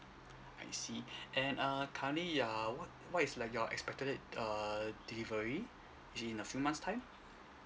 I see and err currently ya what what is like your expected err delivery is it in a few months time